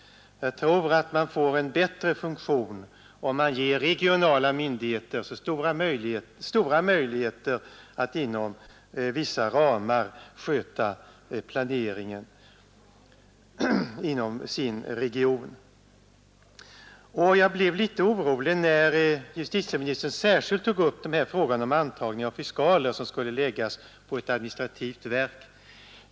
Jag tror att man får en bättre ordning om man ger regionala myndigheter stora möjligheter att inom vissa ramar sköta planeringen i sin region. Jag blev litet orolig när justitieministern särskilt tog upp frågan om antagning av fiskaler; den uppgiften skulle läggas på ett administrativt verk.